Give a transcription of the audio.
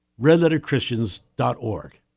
redletterchristians.org